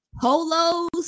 polos